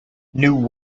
new